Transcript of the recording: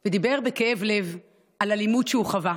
הוא דיבר בכאב לב על אלימות שהוא חווה,